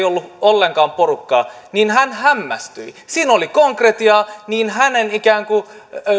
ollut ollenkaan porukkaa niin hän hämmästyi siinä oli konkretiaa niin hänen ikään kuin